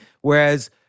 Whereas